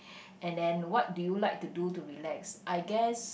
and then what do you like to do to relax I guess